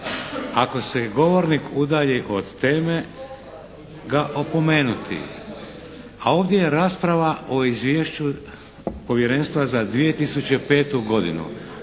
ako se govornik udalji od teme ga opomenuti. A ovdje je rasprava o izvješću povjerenstva za 2005. godinu.